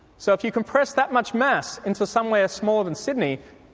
so if you compress that much mass into somewhere smaller than sydney,